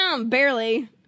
Barely